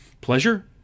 Pleasure